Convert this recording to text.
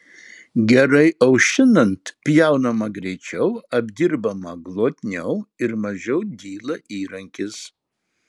gerai aušinant pjaunama greičiau apdirbama glotniau ir mažiau dyla įrankis